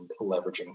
leveraging